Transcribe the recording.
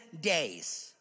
days